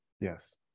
Yes